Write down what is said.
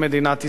יתירה מכך,